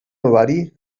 ovari